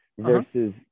Versus